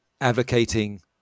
advocating